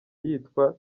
yitwa